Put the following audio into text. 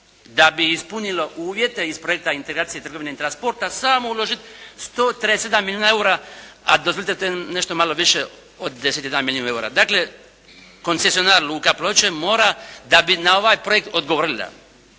da bi ispunilo uvjete iz projekta integracije trgovine i transporta sama uložiti …/Govornik se ne razumije./… milijuna eura a …/Govornik se ne razumije./… nešto malo više od 91 milijun eura. Dakle, koncesionar Luka Ploče mora da bi na ovaj projekt odgovorila